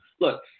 Look